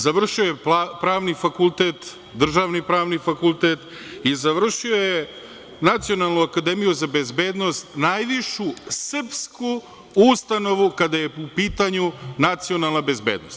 Završio je Pravni fakultet, državni Pravni fakultet i završio je Nacionalnu akademiju za bezbednost, najvišu srpsku ustanovu kada je u pitanju nacionalna bezbednost.